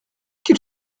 qu’il